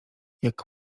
jak